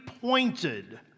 pointed